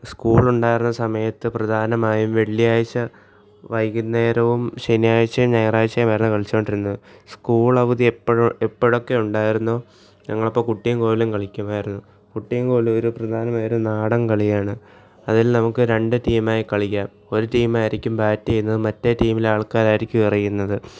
school ഉണ്ടായിരുന്ന സമയത്ത് പ്രധാനമായും വെള്ളിയാഴ്ച വൈകുന്നേരവും ശനിയാഴ്ചയും ഞായറാഴ്ചയും ആയിരുന്നു കളിച്ചുകൊണ്ടിരുന്നത് സ്കൂൾ അവധി എപ്പോഴൊ എപ്പോഴൊക്കെ ഉണ്ടായിരുന്നോ ഞങ്ങൾ അപ്പോൾ കുട്ടിയും കോലും കളിക്കുമായിരുന്നു കുട്ടിയും കോലും ഒരു പ്രധാനമായൊരു നാടൻ കളിയാണ് അതിൽ നമുക്ക് രണ്ട് ടീം ആയി കളിക്കാം ഒരു ടീം ആയിരിക്കും ബാറ്റ് ചെയ്യുന്നത് മറ്റേ ടീമിലെ ആൾക്കാരായിരിക്കും എറിയുന്നത്